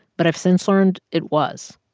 but i've since learned it was.